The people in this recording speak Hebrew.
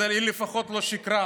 היא לפחות לא שיקרה.